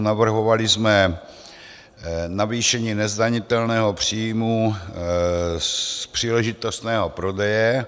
Navrhovali jsme navýšení nezdanitelného příjmu z příležitostného prodeje.